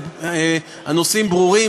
והנושאים ברורים.